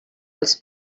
als